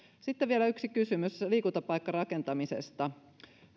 sitten vielä yksi kysymys liikuntapaikkarakentamisesta